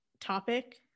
topic